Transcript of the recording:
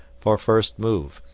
for first move,